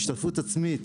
השתתפות עצמית